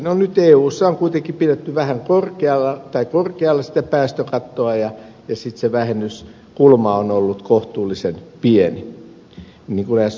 no nyt eussa on kuitenkin pidetty korkealla sitä päästökattoa ja se vähennyskulma on ollut kohtuullisen pieni niin kuin äsken totesin